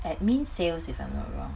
admin sales if I'm not wrong